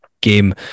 game